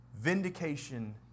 Vindication